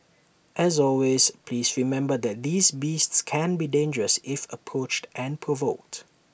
as always please remember that these beasts can be dangerous if approached and provoked